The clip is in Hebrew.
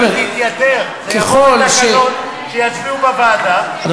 היא תתייתר, יבואו תקנות, יצביעו בוועדה, היא